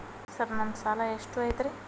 Sir ನನ್ನ ಸಾಲಾ ಎಷ್ಟು ಐತ್ರಿ?